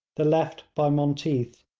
the left by monteath,